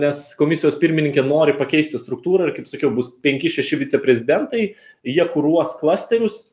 nes komisijos pirmininkė nori pakeisti struktūrą ir kaip sakiau bus penki šeši viceprezidentai jie kuruos klasterius